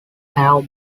have